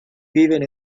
viven